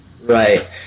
Right